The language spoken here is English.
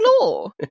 law